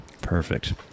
Perfect